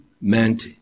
meant